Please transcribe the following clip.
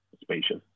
spacious